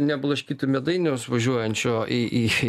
neblaškytume dainiaus važiuojančio į į į